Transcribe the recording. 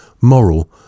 moral